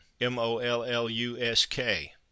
m-o-l-l-u-s-k